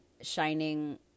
shining